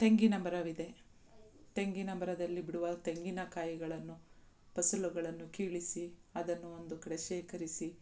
ತೆಂಗಿನ ಮರವಿದೆ ತೆಂಗಿನ ಮರದಲ್ಲಿ ಬಿಡುವ ತೆಂಗಿನ ಕಾಯಿಗಳನ್ನು ಫಸಲುಗಳನ್ನು ಕೀಳಿಸಿ ಅದನ್ನು ಒಂದು ಕಡೆ ಶೇಖರಿಸಿ